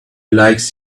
likes